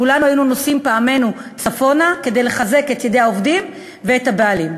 כולנו היינו שמים פעמינו צפונה כדי לחזק את ידי העובדים ואת הבעלים.